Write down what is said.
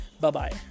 Bye-bye